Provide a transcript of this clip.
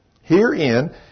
Herein